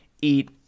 eat